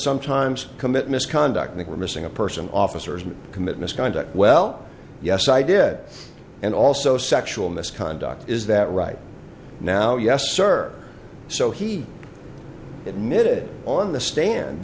sometimes commit misconduct make we're missing a person officers who commit misconduct well yes i did and also sexual misconduct is that right now yes sir so he admitted on the stand